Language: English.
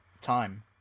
time